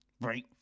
right